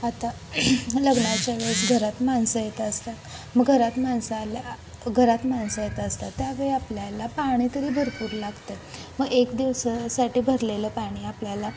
आता लग्नाच्या वेळेस घरात माणसं येत असतात मग घरात माणसं आली घरात माणसं येत असतात त्यावेळी आपल्याला पाणी तरी भरपूर लागतं मग एक दिवसासाठी भरलेलं पाणी आपल्याला